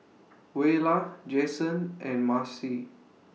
Buelah Jasen and Marcie